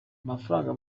amafaranga